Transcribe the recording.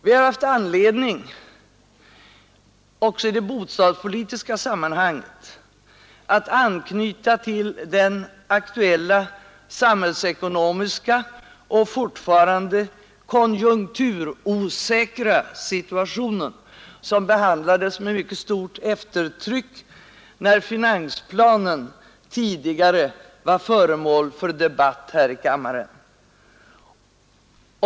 Vi har haft anledning att också i det bostadspolitiska sammanhanget anknyta till den aktuella samhällsekonomiska och fortfarande konjunkturosäkra situationen, som behandlades med mycket stort eftertryck när finansplanen tidigare var föremål för debatt här i kammaren.